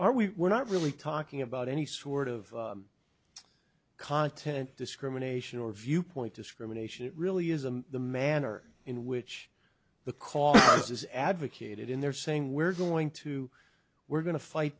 are we were not really talking about any sort of content discrimination or viewpoint discrimination it really isn't the manner in which the cause is advocated in there saying we're going to we're going to fight